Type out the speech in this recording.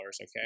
okay